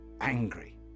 angry